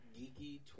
geeky